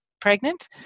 pregnant